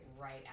right